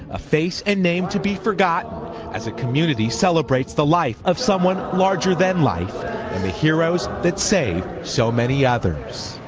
a face and name to be forgotten as a community celebrates the life of someone larger than life and the heroes that saved so many others.